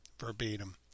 verbatim